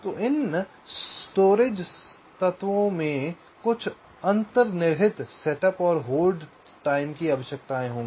तो इन भंडारण तत्वों में कुछ अंतर्निहित सेटअप और होल्ड की आवश्यकताएं होंगी